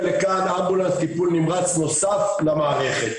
לכאן אמבולנס טיפול נמרץ נוסף למערכת.